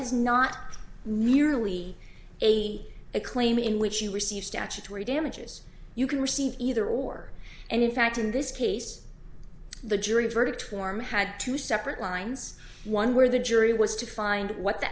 is not merely a claim in which you receive statutory damages you can receive either or and in fact in this case the jury verdict form had two separate lines one where the jury was to find what the